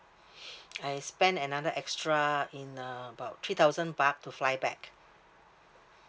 I spend another extra in uh about three thousand baht to fly back